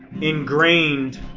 ingrained